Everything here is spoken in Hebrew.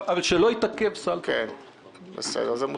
אבל שסל התרופות לא יתעכב.